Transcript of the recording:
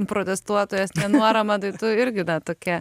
protestuotojas nenuorama tai tu irgi tokia